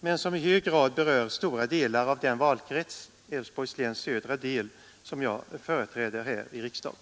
men som i hög grad berör stora delar av den valkrets, Älvsborgs läns södra del, som jag företräder här i riksdagen.